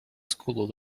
school